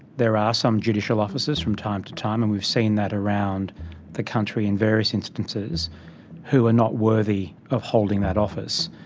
there are some judicial officers from time to time, and we've seen that around the country in various instances who are not worthy of holding that office.